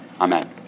Amen